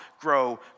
grow